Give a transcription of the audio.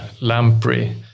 lamprey